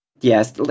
Yes